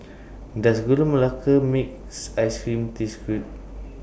Does Gula Melaka Makes Ice Cream Taste Good